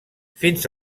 fins